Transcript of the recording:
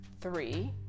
Three